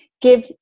give